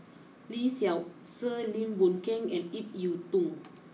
Lee Seow Ser Lim Boon Keng and Ip Yiu Tung